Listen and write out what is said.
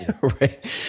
Right